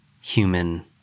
human